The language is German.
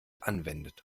anwendet